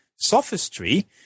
sophistry